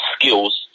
skills